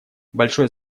большое